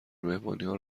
مهمانیها